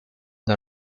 del